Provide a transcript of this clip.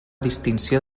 distinció